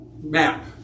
map